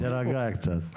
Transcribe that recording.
טוב, תירגע, תירגע קצת.